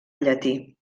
llatí